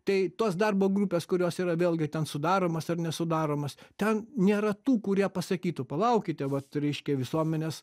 tai tos darbo grupės kurios yra vėlgi ten sudaromos ar nesudaromos ten nėra tų kurie pasakytų palaukite vat reiškia visuomenės